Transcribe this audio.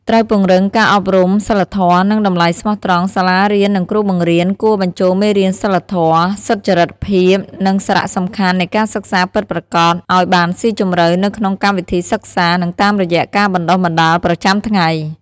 ត្រូវពង្រឹងការអប់រំសីលធម៌ និងតម្លៃស្មោះត្រង់ សាលារៀន និងគ្រូបង្រៀនគួរបញ្ចូលមេរៀនសីលធម៌ សុចរិតភាព និងសារៈសំខាន់នៃការសិក្សាពិតប្រាកដឱ្យបានស៊ីជម្រៅនៅក្នុងកម្មវិធីសិក្សា និងតាមរយៈការបណ្ដុះបណ្ដាលប្រចាំថ្ងៃ។